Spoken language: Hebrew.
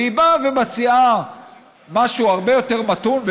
והיא באה ומציעה משהו הרבה יותר מתון,